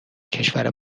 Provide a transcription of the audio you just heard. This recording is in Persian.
کشور